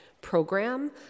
program